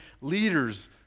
leaders